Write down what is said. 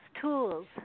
tools